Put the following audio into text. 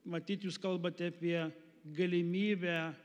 matyt jūs kalbate apie galimybę